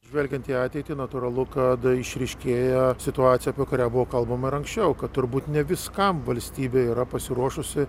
žvelgiant į ateitį natūralu kad išryškėjo situacija apie kurią buvo kalbama ir anksčiau kad turbūt ne viskam valstybė yra pasiruošusi